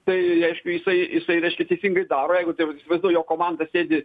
tai reiškia jisai jisai reiškia teisingai daro jeigu taip viduj jo komanda sėdi